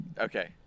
Okay